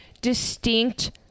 distinct